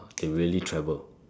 they really travel